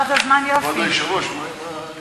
אולי לא שמתם לב,